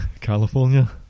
California